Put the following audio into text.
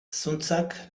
zuntzak